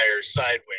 sideways